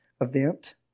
event